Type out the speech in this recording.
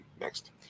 Next